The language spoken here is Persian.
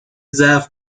ضعف